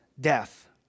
death